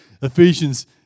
Ephesians